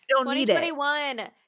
2021